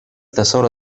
tesoro